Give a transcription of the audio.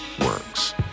works